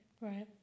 Right